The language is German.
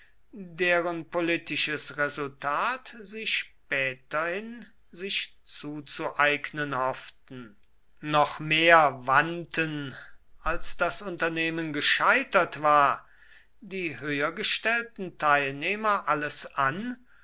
deren politisches resultat sie späterhin sich zuzueignen hofften noch mehr wandten als das unternehmen gescheitert war die höhergestellten teilnehmer alles an